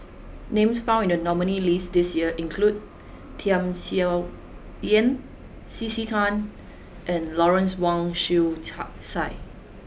names found in the nominees' list this year include Tham Sien Yen C C Tan and Lawrence Wong Shyun Tsai